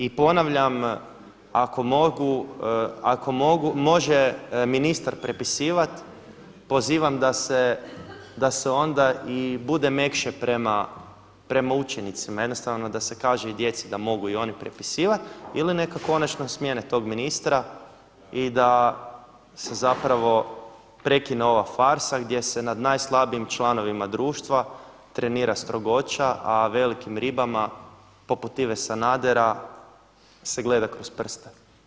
I ponavljam ako mogu, ako može ministar prepisivati pozivam da se onda i bude mekše prema učenicima, jednostavno da se kaže i djeci da mogu i oni prepisivati ili neka konačno smijene tog ministra i da se zapravo prekine ova farsa gdje se nad najslabijim članovima društva trenira strogoća, a velikim ribama poput Ive Sanadera se gleda kroz prste.